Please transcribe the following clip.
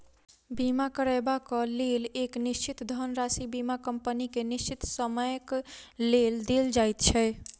बीमा करयबाक लेल एक निश्चित धनराशि बीमा कम्पनी के निश्चित समयक लेल देल जाइत छै